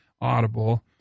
audible